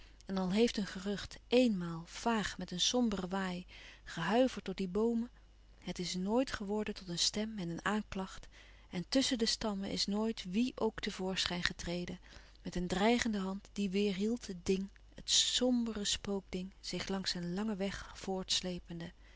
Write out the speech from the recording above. en al heeft een gerucht éenmaal vaag met een sombere waai gehuiverd door die boomen het is noit geworden tot een stem en een aanklacht en tusschen de stammen is nooit wie ook te voorschijn getreden met een dreigende hand die weêrhield het ding het sombere spookding zich langs zijn langen weg voortslepende